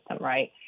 right